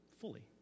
fully